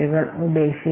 അതിനാൽ അവ ഉപേക്ഷിക്കണം